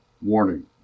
Warning